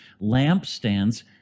Lampstands